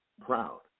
proud